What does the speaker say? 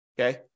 okay